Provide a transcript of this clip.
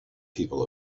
people